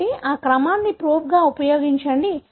కాబట్టి ఆ క్రమాన్ని ప్రోబ్గా ఉపయోగించండి